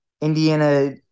Indiana